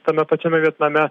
tame pačiame vietname